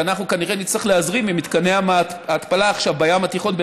שאנחנו כנראה נצטרך להזרים ממתקני ההתפלה עכשיו בים התיכון,